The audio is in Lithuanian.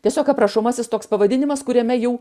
tiesiog aprašomasis toks pavadinimas kuriame jau